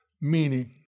meaning